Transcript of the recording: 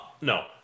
No